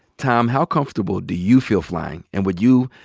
tom, how comfortable do you feel flying? and would you,